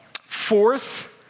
fourth